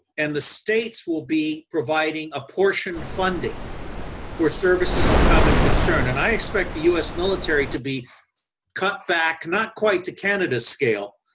and the states will be providing a portion funding for services of common concern. and i expect the u s. military to be cut back, not quite to canada's scale,